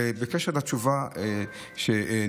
בקשר לשאלה שנשאלתי,